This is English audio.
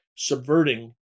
Subverting